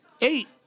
Eight